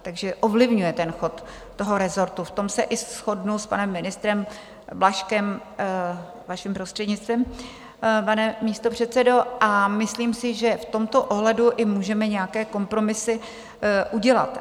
Takže ovlivňuje chod toho rezortu, v tom se i shodnu s panem ministrem Blažkem, vaším prostřednictvím, pane místopředsedo, a myslím si, že v tomto ohledu i můžeme nějaké kompromisy udělat.